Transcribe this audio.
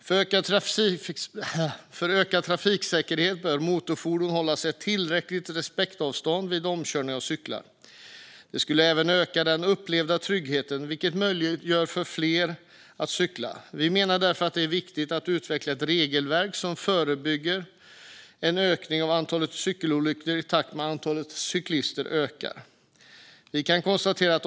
För ökad trafiksäkerhet bör motorfordon hålla ett tillräckligt respektavstånd vid omkörning av cyklister. Det skulle även öka den upplevda tryggheten, vilket möjliggör för fler att cykla. Vi menar därför att det är viktigt att utveckla ett regelverk för att förebygga en ökning av antalet cykelolyckor i takt med att antalet cyklister ökar.